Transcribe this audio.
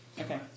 Okay